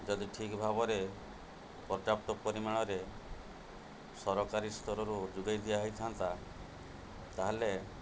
ଯଦି ଠିକ୍ ଭାବରେ ପର୍ଯ୍ୟାପ୍ତ ପରିମାଣରେ ସରକାରୀ ସ୍ତରରୁ ଯୋଗାଇ ଦିଆହେଇଥାନ୍ତା ତା'ହେଲେ